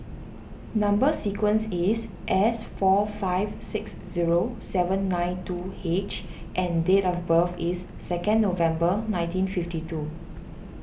Number Sequence is S four five six zero seven nine two H and date of birth is second November nineteen fifty two